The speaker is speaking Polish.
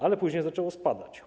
Ale później zaczęło spadać.